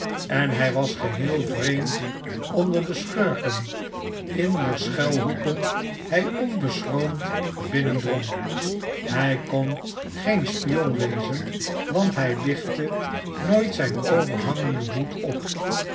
en hij was geheel vreemd onder de schurken in wier schmlhoeken hij onbeschroomd binnendrong hij kon geen spion wezen want hij lichtte nooit zijn overhangenden hoed op